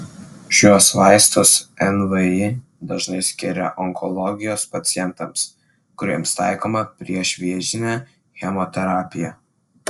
šiuos vaistus nvi dažnai skiria onkologijos pacientams kuriems taikoma priešvėžinė chemoterapija